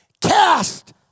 Cast